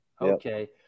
Okay